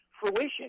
fruition